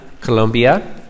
Colombia